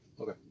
Okay